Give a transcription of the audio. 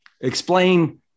Explain